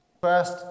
First